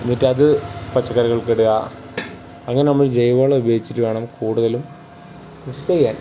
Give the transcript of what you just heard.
എന്നിട്ടത് പച്ചക്കറികൾക്കിടുക അങ്ങനെ നമ്മൾ ജൈവവളം ഉപയോഗിച്ചിട്ട് വേണം കൂടുതലും കൃഷി ചെയ്യാൻ